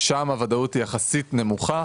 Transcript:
שם הוודאות היא יחסית נמוכה.